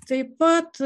taip pat